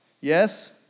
Yes